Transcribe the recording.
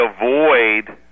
avoid